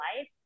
life